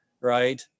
right